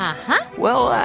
uh-huh well,